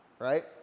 right